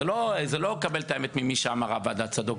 זה לא לקבל את האמת מוועדת צדוק,